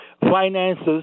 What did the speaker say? finances